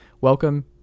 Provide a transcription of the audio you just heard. welcome